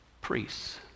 priests